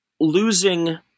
losing